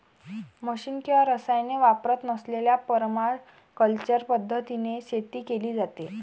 machine किंवा रसायने वापरत नसलेल्या परमाकल्चर पद्धतीने शेती केली जाते